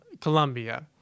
Colombia